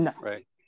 right